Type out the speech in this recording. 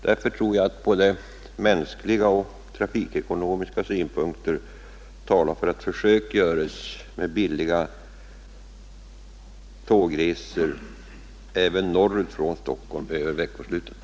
Därför anser jag att både mänskliga och trafikekonomiska skäl talar för att försök görs med billiga tågresor även norrut från Stockholm över veckosluten.